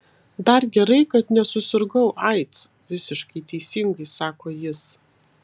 dar gerai kad nesusirgau aids visiškai teisingai sako jis